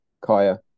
Kaya